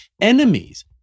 enemies